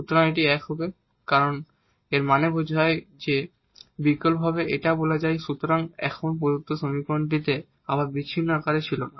সুতরাং 1 হবে কারণ এর মানে বোঝায় বিকল্পভাবে বলা যায় সুতরাং এখানে প্রদত্ত সমীকরণটি আবার বিচ্ছিন্ন আকারে ছিল না